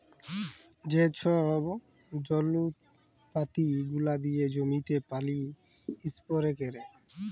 যে ছব যল্তরপাতি গুলা দিয়ে জমিতে পলী ইস্পেরে ক্যারে